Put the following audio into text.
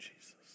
Jesus